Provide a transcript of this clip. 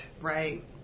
Right